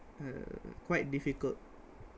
uh quite difficult